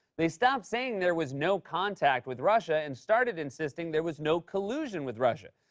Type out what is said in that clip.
they stopped saying there was no contact with russia and started insisting there was no collusion with russia,